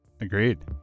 Agreed